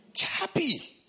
Happy